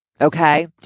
okay